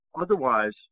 Otherwise